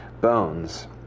bones